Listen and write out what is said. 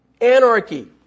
Anarchy